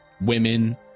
women